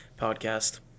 podcast